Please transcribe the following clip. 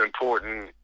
important